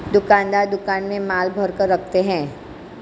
दुकानदार दुकान में माल भरकर रखते है